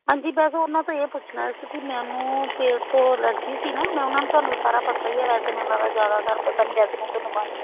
ਹਾਂਜੀ ਬਸ ਉਹਨਾਂ ਤੋਂ ਇਹ ਪੁੱਛਣਾ ਸੀ ਕਿ ਮੈਨੂੰ ਪੇਟ ਤੋਂ ਐਲਰਜੀ ਸੀ ਨਾ ਮੈਂ ਉਹਨਾਂ ਨੂੰ ਤੁਹਾਨੂੰ ਸਾਰਾ ਪਤਾ ਹੀ ਹੈ ਵੈਸੇ ਮੈਂ ਤਾਂ ਜ਼ਿਆਦਾਤਰ ਪਤਾ ਨਹੀਂ ਵੈਸੇ ਮੈਂ ਤੁਹਾਨੂੰ